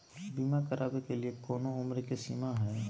बीमा करावे के लिए कोनो उमर के सीमा है?